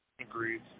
Agreed